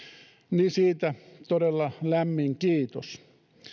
siitä todella lämmin kiitos jos